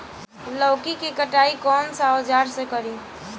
लौकी के कटाई कौन सा औजार से करी?